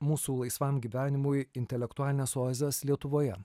mūsų laisvam gyvenimui intelektualines oazes lietuvoje